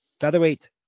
featherweight